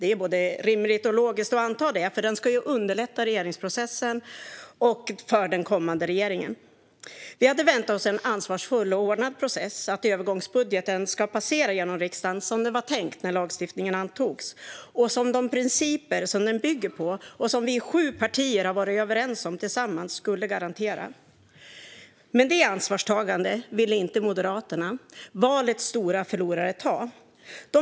Det är både rimligt och logiskt att anta det eftersom den ju ska underlätta regeringsprocessen för den kommande regeringen. Vi hade väntat oss en ansvarsfull och ordnad process, att övergångsbudgeten skulle passera genom riksdagen som det var tänkt när lagstiftningen antogs och som de principer som den bygger på och som vi sju partier har varit överens om tillsammans skulle garantera. Men det ansvaret ville inte valets stora förlorare Moderaterna ta.